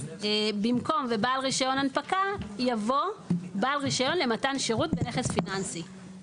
במקום "ובעל רישיון הנפקה" יבוא "בעל רישיון למתן שירות בנכס פיננסי".